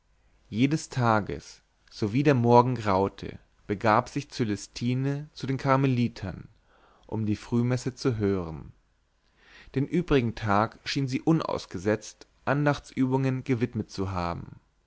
jedes tages sowie der morgen graute begab sich cölestine zu den karmelitern um die frühmesse zu hören den übrigen tag schien sie unausgesetzt andachtsübungen gewidmet zu haben